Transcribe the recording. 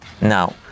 Now